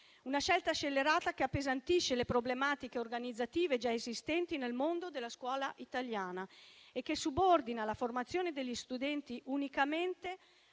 una scelta scellerata, che appesantisce le problematiche organizzative già esistenti nel mondo della scuola italiana e subordina la formazione degli studenti unicamente